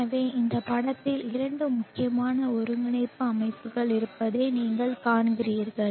எனவே இந்த படத்தில் இரண்டு முக்கியமான ஒருங்கிணைப்பு அமைப்புகள் இருப்பதை நீங்கள் காண்கிறீர்கள்